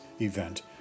event